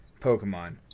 Pokemon